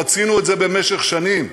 רצינו את זה במשך שנים,